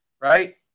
right